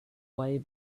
way